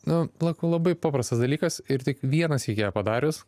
nu plak labai paprastas dalykas ir tik vieną sykį ją padarius